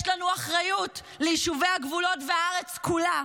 יש לנו אחריות ליישובי הגבולות והארץ כולה.